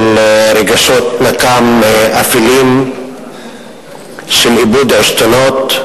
של רגשות נקם אפלים, של איבוד עשתונות,